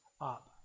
up